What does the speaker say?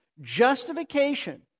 Justification